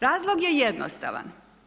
Razlog je jednostavan.